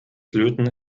löten